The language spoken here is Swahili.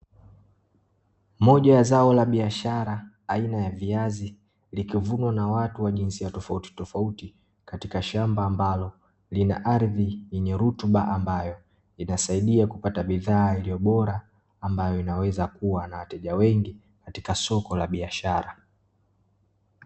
Moja ya zao la biashara aina ya viazi, likivunwa na watu wa jinsia tofauti tofauti, katika shamba ambalo lina ardhi yenye rutuba ambayo inasaidia kupata bidhaa iliyo bora, ambayo inaweza kuwa na wateja wengi katika soko la biashara.